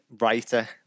writer